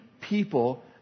people